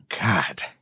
God